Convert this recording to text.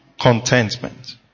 contentment